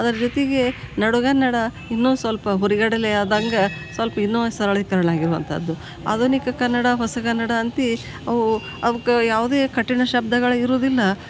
ಅದ್ರ ಜೊತೆಗೆ ನಡುಗನ್ನಡ ಇನ್ನೂ ಸ್ವಲ್ಪ ಹುರಿಗಡಲೆ ಆದಂಗೆ ಸಲ್ಪ ಇನ್ನೂ ಸರಳೀಕರಣ ಆಗಿರುವಂಥದ್ದು ಆಧುನಿಕ ಕನ್ನಡ ಹೊಸಗನ್ನಡ ಅಂತೂ ಅವು ಅವಕ್ಕ ಯಾವುದೇ ಕಠಿಣ ಶಬ್ದಗಳು ಇರುವುದಿಲ್ಲ